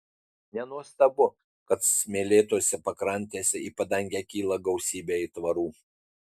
nenuostabu kad smėlėtose pakrantėse į padangę kyla gausybė aitvarų